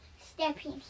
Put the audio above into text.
stepping